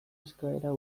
eskaera